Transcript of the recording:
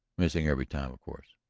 missing every time, of course?